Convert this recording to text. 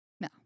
No